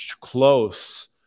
close